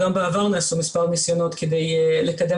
גם בעבר נעשו מספר ניסיונות כדי לקדם